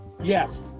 yes